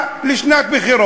הכי פשוט: אני בא לשנת בחירות,